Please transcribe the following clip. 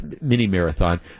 mini-marathon